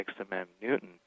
XMM-Newton